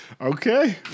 Okay